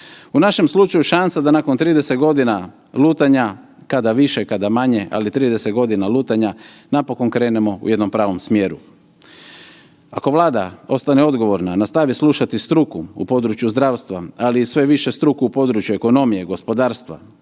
U našem slučaju šansa da nakon 30 godina lutanja, kada više, kada manje, ali 30 godina lutanja, napokon krenemo u jednom pravom smjeru. Ako Vlada ostane odgovorna, nastavi slušati struku u području zdravstva, ali i sve više struku u području ekonomije, gospodarstva,